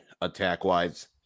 attack-wise